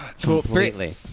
completely